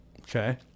Okay